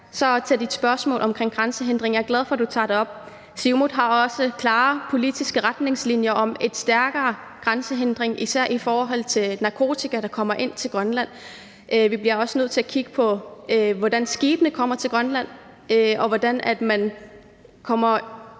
spørgsmål om grænsehindringer sige, at jeg er glad for, at du tager det op. Siumut har også klare politiske retningslinjer om en styrkelse i forhold til grænsehindringer, især i forhold til narkotika, der kommer ind til Grønland. Vi bliver også nødt til at kigge på, hvordan skibene kommer til Grønland, og hvordan man kommer